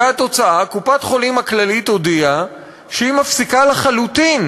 והתוצאה: קופת-חולים כללית הודיעה שהיא מפסיקה לחלוטין,